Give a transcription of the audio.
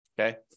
Okay